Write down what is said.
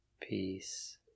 peace